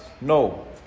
No